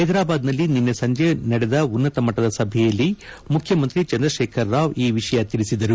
ಹೈದರಾಬಾದ್ನಲ್ಲಿ ನಿನ್ನೆ ಸಂಜೆ ನಡೆದ ಉನ್ನತ ಮಟ್ವದ ಸಭೆಯಲ್ಲಿ ಮುಖ್ಯಮಂತ್ರಿ ಚಂದ್ರಶೇಖರ್ ರಾವ್ ಈ ವಿಷಯ ತಿಳಿಸಿದರು